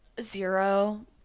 Zero